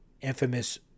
infamous